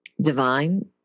divine